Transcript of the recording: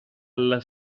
alla